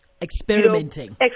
Experimenting